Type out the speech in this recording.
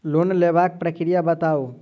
Loan लेबाक प्रक्रिया बताऊ?